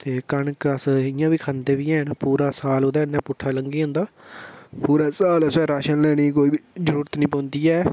ते कनक अस इं'या बी खंदे बी है'न पूरा साल ओह्दे नै पुट्ठा लंगी जंदा पूरा साल असें राशन लैने दी कोई जरूरत निं पौंदी ऐ